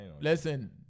Listen